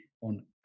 on